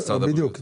בדיוק.